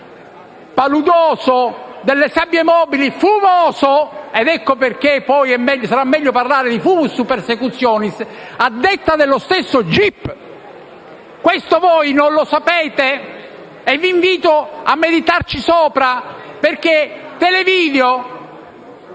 paludoso, delle sabbie mobili, fumoso - ed ecco perché poi sarà meglio parlare di *fumus persecutionis* - a detta dello stesso gip. Questo voi non lo sapete e vi invito a meditarci sopra. Ieri sera